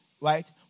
right